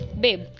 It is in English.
babe